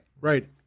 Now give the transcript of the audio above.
Right